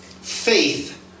faith